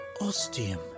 ostium